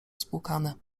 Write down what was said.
spłukany